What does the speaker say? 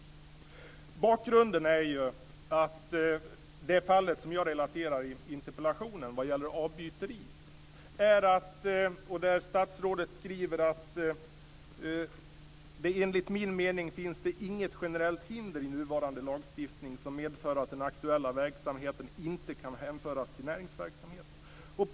Bakgrunden är ju det fall som jag relaterar i interpellationen som gäller avbyteri. Statsrådet skriver "att enligt min mening finns det inget generellt hinder i nuvarande lagstiftning som medför att den aktuella verksamheten inte kan hänföras till näringsverksamhet."